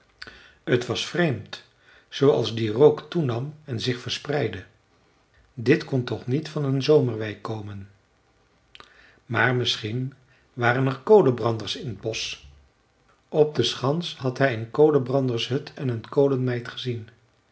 t was vreemd zooals die rook toenam en zich verspreidde dit kon toch niet van een zomerwei komen maar misschien waren er kolenbranders in het bosch op de schans had hij een kolenbrandershut en een kolenmijt gezien